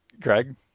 Greg